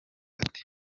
ati